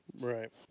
Right